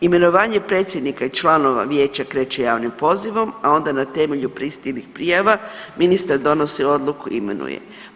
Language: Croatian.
Imenovanje predsjednika i članova vijeća kreće javnim pozivom, a onda na temelju pristiglih prijava ministar donosi odluku i imenuje.